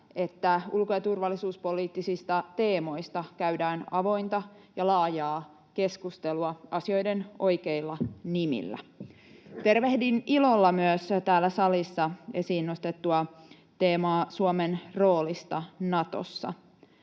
että ulko‑ ja turvallisuuspoliittisista teemoista käydään avointa ja laajaa keskustelua asioiden oikeilla nimillä. Tervehdin ilolla myös täällä salissa esiin nostettua teemaa Suomen roolista Natossa.